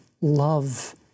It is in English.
love